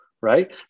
Right